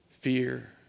Fear